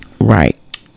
Right